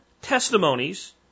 testimonies